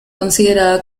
considerada